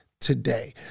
today